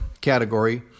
category